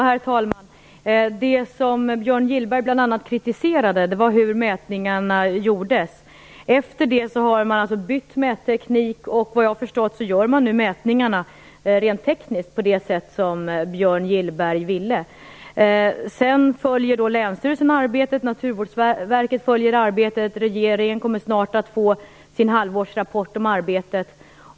Herr talman! Det som Björn Gillberg bl.a. kritiserade var hur mätningarna gjordes. Efter det har man bytt mätteknik, och såvitt jag förstår gör man nu mätningarna rent tekniskt på det sätt som Björn Gillberg ville. Sedan följer Länsstyrelsen och Naturvårdsverket arbetet. Regeringen kommer snart att få se en halvårsrapport om arbetet.